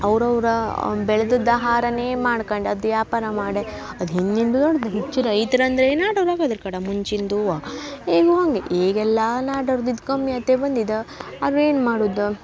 ಅವ್ರು ಅವ್ರು ಬೆಳ್ದದ್ದು ಆಹಾರನೇ ಮಾಡ್ಕಂಡು ಅದು ವ್ಯಾಪಾರ ಮಾಡೇ ಅದು ಹಿಂದಿಂದ್ಲೂ ಹಿಚ್ ರೈತ್ರು ಅಂದರೆ ನಾಡೋರು ಆಗದ್ರ್ ಕಡ ಮುಂಚಿಂದೂ ಈಗೂ ಹಾಗೆ ಈಗೆಲ್ಲ ನಾಡೊರ್ದಿದು ಕಮ್ಮಿ ಆತೇ ಬಂದಿದೆ ಆರೆ ಏನು ಮಾಡುದು